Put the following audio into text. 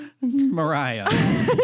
Mariah